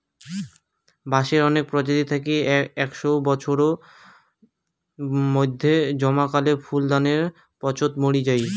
বাঁশের অনেক প্রজাতি থাকি একশও বছর মইধ্যে জমকালো ফুল দানের পাচোত মরি যাই